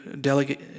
delegate